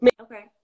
Okay